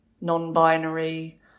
non-binary